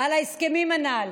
על ההסכמים הנ"ל,